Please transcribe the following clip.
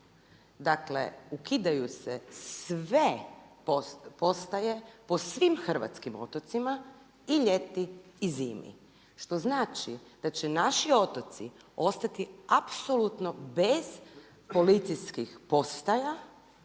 dakle ukidaju se sve postaje po svim hrvatskim otocima i ljeti i zimi. Što znači da će naši otoci ostati apsolutno bez policijskih postaja,